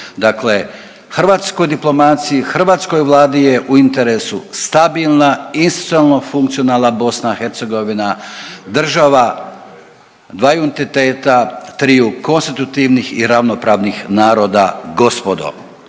Dakle, hrvatskoj diplomaciji, hrvatskoj vladi je u interesu stabilna institucionalno funkcionalna BiH, država dvaju entiteta, triju konstitutivnih i ravnopravnih naroda gospodo.